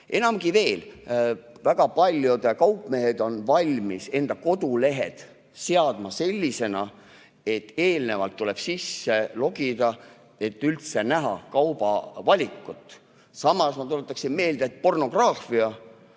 Enamgi veel, väga paljud kaupmehed on valmis oma kodulehed seadma selliselt, et eelnevalt tuleb sisse logida, et kaubavalikut üldse näha. Samas ma tuletaksin meelde, et pornograafia